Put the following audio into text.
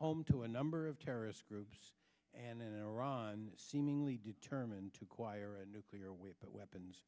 home to a number of terrorist groups and in iran seemingly determined to acquire a nuclear weapon weapons